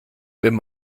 wenn